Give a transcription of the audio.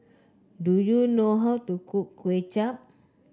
do you know how to cook Kway Chap